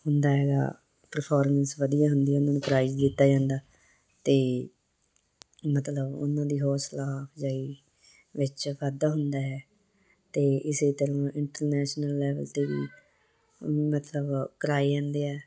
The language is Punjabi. ਹੁੰਦਾ ਹੈਗਾ ਪਰਫੋਰਮੈਂਸ ਵਧੀਆ ਹੁੰਦੀ ਆ ਉਹਨਾਂ ਨੂੰ ਪ੍ਰਾਈਜ ਦਿੱਤਾ ਜਾਂਦਾ ਅਤੇ ਮਤਲਬ ਉਹਨਾਂ ਦੀ ਹੌਸਲਾ ਅਫਜਾਈ ਵਿੱਚ ਵਾਧਾ ਹੁੰਦਾ ਹੈ ਅਤੇ ਇਸ ਤਰ੍ਹਾਂ ਇੰਟਰਨੈਸ਼ਨਲ ਲੈਵਲ 'ਤੇ ਵੀ ਮਤਲਬ ਕਰਵਾਏ ਜਾਂਦੇ ਹੈ